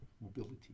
mobility